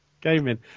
gaming